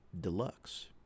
deluxe